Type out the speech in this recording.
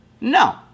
No